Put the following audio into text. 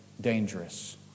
dangerous